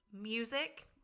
music